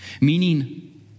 meaning